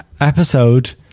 episode